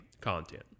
content